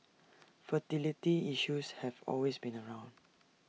fertility issues have always been around